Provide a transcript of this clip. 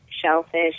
Shellfish